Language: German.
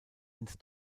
ins